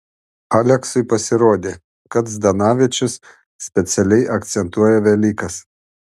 aleksui pasirodė kad zdanavičius specialiai akcentuoja velykas